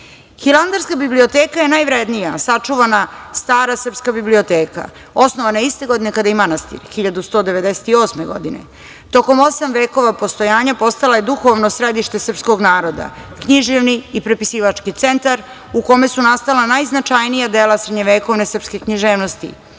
siromašni. Hilandarska biblioteka je najvrednija, sačuvana stara srpska biblioteka. Osnovana je iste godine kada i manastir, 1198. godine. Tokom osam vekova postojanja postala je duhovno središte srpskog naroda, književni i prepisivački centar u kome su nastala najznačajnija dela srednjovekovne srpske književnosti.